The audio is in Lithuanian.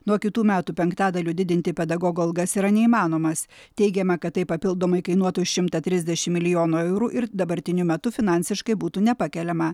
nuo kitų metų penktadaliu didinti pedagogų algas yra neįmanomas teigiama kad tai papildomai kainuotų šimtą trisdešimt milijonų eurų ir dabartiniu metu finansiškai būtų nepakeliama